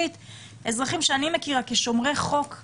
אזרחים שאני מכירה אותם כשומרי חוק,